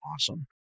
awesome